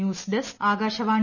news desk Akashvani